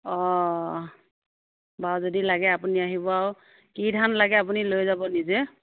অ বাৰু যদি লাগে আপুনি আহিব আৰু কি ধান লাগে আপুনি লৈ যাব নিজে